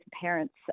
parents